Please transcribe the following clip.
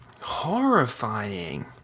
Horrifying